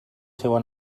seua